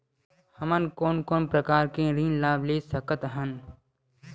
हमन कोन कोन प्रकार के ऋण लाभ ले सकत हन?